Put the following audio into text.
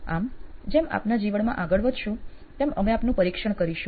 આપ જેમ આપના જીવનમાં આગળ વધશો તેમ અમે આપનું નિરીક્ષણ કરીશું